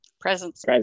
Presence